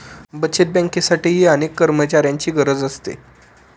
बचत बँकेसाठीही अनेक कर्मचाऱ्यांची गरज असते